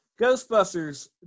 Ghostbusters